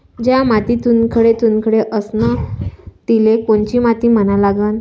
ज्या मातीत चुनखडे चुनखडे असन तिले कोनची माती म्हना लागन?